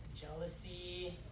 jealousy